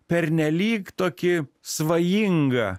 pernelyg tokį svajingą